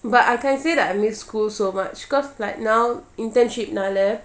but I can say that I miss school so much cause like now internship nala